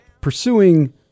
pursuing